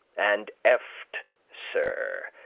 and eft sir,